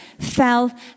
fell